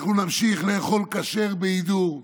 אנחנו נמשיך לאכול כשר בהידור.